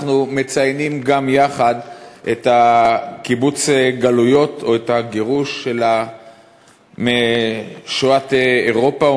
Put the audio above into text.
אנחנו מציינים יחד גם את קיבוץ הגלויות או את הגירוש משואת אירופה,